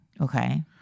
Okay